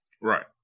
Right